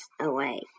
away